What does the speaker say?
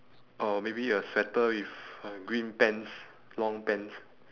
or maybe a sweater with uh green pants long pants